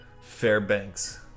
fairbanks